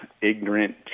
ignorant